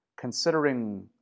Considering